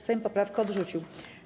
Sejm poprawkę odrzucił.